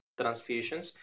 transfusions